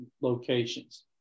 locations